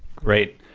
great.